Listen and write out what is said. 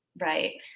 right